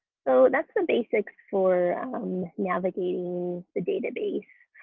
so that's the basics for navigating the database.